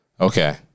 Okay